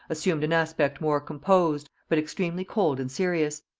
assumed an aspect more composed, but extremely cold and serious.